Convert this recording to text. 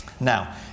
Now